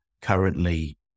currently